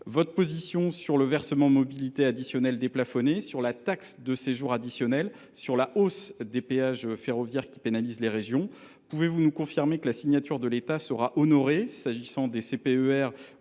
votre position sur le versement mobilité additionnel déplafonné, sur la taxe de séjour additionnelle et sur la hausse des péages ferroviaires qui pénalise les régions ? Pouvez vous nous confirmer que la signature de l’État sera honorée s’agissant des